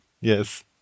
Yes